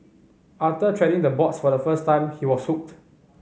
after treading the boards for the first time he was hooked